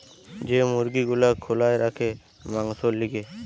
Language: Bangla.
যে মুরগি গুলা খোলায় রাখে মাংসোর লিগে